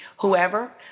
whoever